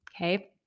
Okay